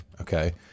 okay